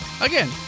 Again